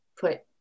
put